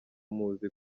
muzi